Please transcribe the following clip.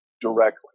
directly